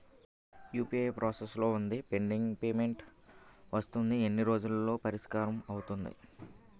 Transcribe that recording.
UPI process లో వుందిపెండింగ్ payment వస్తుంది ఎన్ని రోజుల్లో పరిష్కారం అవుతుంది